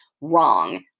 wrong